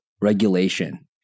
regulation